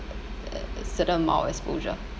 a certain amount of exposure